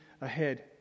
ahead